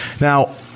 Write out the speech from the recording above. Now